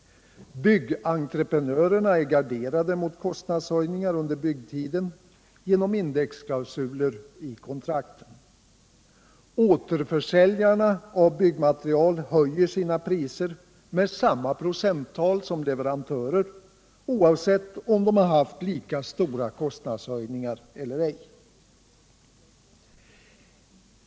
Byggentreprenörerna är garanterade mot prishöjningar under byggtiden genom indexklausuler i kontrakten. Återförsäljarna av byggmaterial höjer sina priser med samma procenttal som leverantörerna, oavsett om de haft lika stora kostnadshöjningar eller ej.